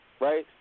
right